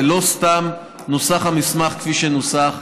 ולא סתם נוסח המסמך כפי שנוסח,